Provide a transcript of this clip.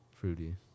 fruity